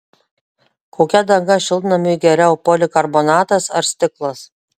kokia danga šiltnamiui geriau polikarbonatas ar stiklas